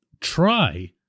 try